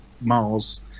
Mars